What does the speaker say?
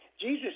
Jesus